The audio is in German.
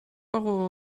euro